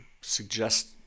suggest